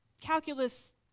Calculus